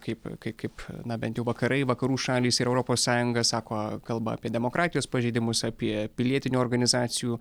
kaip kai kaip na bent jau vakarai vakarų šalys ir europos sąjunga sako kalba apie demokratijos pažeidimus apie pilietinių organizacijų